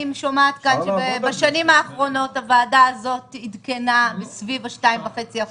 אני שומעת כאן שבשנים האחרונות הוועדה הזאת עדכנה סביב 2.5%,